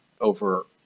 over